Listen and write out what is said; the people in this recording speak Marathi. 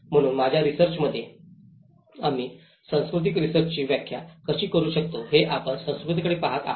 म्हणून माझ्या रिसर्चात आम्ही सांस्कृतिक रिसर्चाची व्याख्या कशी सुरू करू शकतो हे आपण संस्कृतीकडे पहात आहोत